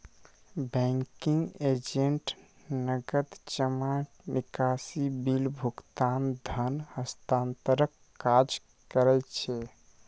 banking agent नकद जमा, निकासी, बिल भुगतान, धन हस्तांतरणक काज करै छै